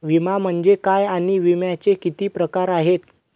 विमा म्हणजे काय आणि विम्याचे किती प्रकार आहेत?